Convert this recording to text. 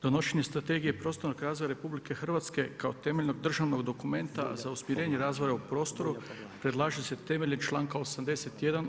Donošenje strategije prostornog razvoja RH kao temeljnog državnog dokumenta za usmjerenje razvoja u prostoru predlaže se temeljem članka 81.